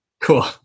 Cool